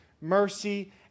mercy